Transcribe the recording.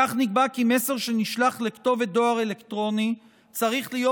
כך נקבע כי מסר שנשלח לכתובת דואר אלקטרוני צריך להיות